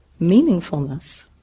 meaningfulness